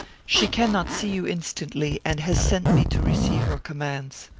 she cannot see you instantly, and has sent me to receive your commands.